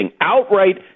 outright